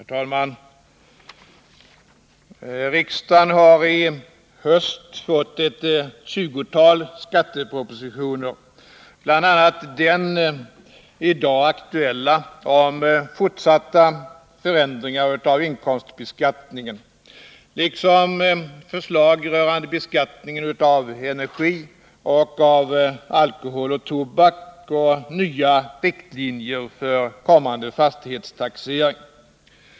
Herr talman! Riksdagen har i höst fått ett tjugotal skattepropositioner, bl.a. den i dag aktuella om fortsatta förändringar i inkomstbeskattningen liksom förslag rörande beskattningen av energi, alkohol och tobak samt nya riktlinjer för kommande fastighetstaxering.